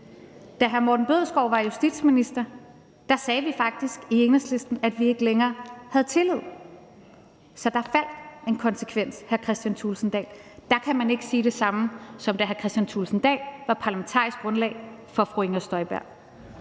Da hr. Morten Bødskov var justitsminister, sagde vi faktisk i Enhedslisten, at vi ikke længere havde tillid. Så der var en konsekvens, vil jeg sige til hr. Kristian Thulesen Dahl. Man kan ikke sige det samme, da hr. Kristian Thulesen Dahl var parlamentarisk grundlag for fru Inger Støjberg.